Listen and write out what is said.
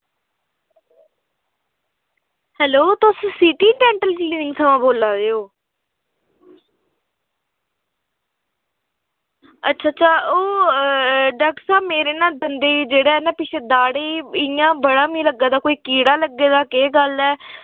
hello तुस city dental clinic थमां बोला दे ओ अच्छा अच्छा ओह् डाक्टर साह्ब मेरे ना दंदें ई जेह्ड़ा ऐ ना पिच्छें दाढ़ें ई इयां बड़ा मिगी लग्गा दा कोई कीड़ा लग्गे दा केह् गल्ल ऐ